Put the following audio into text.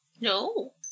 No